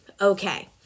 okay